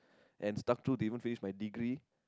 and stuck through to even finish my degree